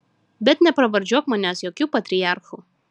bet nepravardžiuok manęs jokiu patriarchu